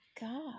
God